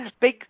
big